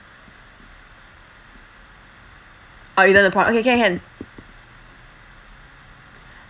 orh you don't want the prawn okay can can